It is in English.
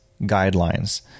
guidelines